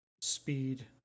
speed